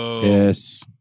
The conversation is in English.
Yes